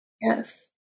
Yes